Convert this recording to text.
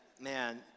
man